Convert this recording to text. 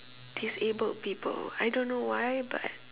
disabled people I don't why but